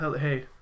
Hey